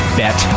bet